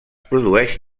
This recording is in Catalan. produeix